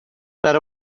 that